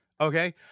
Okay